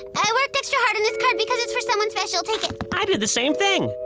i worked extra hard on this card because it's for someone special, take it. i did the same thing!